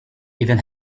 even